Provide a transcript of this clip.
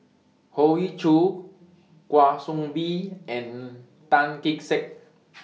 Hoey Choo Kwa Soon Bee and Tan Kee Sek